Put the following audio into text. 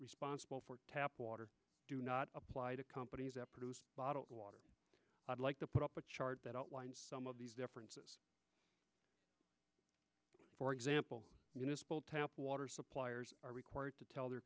responsible for tap water do not apply to companies that produce bottled water i'd like to put up a chart that outlines some of these differences for example tap water suppliers are required to tell their